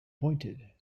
pointed